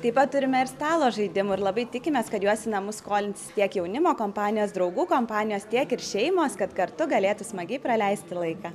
taip pat turime ir stalo žaidimų ir labai tikimės kad juos į namus skolins tiek jaunimo kompanijos draugų kompanijos tiek ir šeimos kad kartu galėtų smagiai praleisti laiką